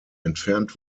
entfernt